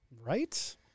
Right